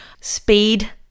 speed